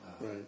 Right